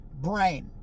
brain